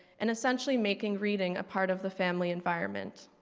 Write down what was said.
and essentially making reading a part of the family environment.